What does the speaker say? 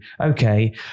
okay